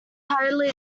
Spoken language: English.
highly